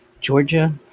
Georgia